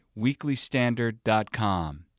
weeklystandard.com